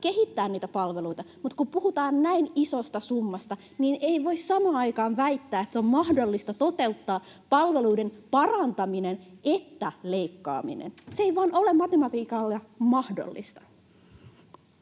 kehittää niitä palveluita, mutta kun puhutaan näin isosta summasta, niin ei voi samaan aikaan väittää, että on mahdollista toteuttaa sekä palveluiden parantaminen että leikkaaminen. Se ei vain ole matematiikalle mahdollista.